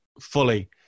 fully